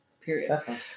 period